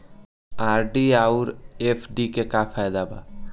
RD आउर FD के का फायदा बा?